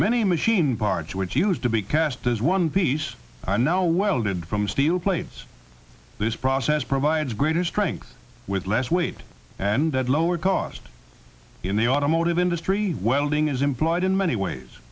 many machine parts which used to be cast as one piece i now welded from steel plates this process provides greater strength with less weight and that lower cost in the automotive industry welding is implied in many ways